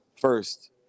first